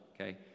okay